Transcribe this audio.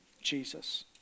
Jesus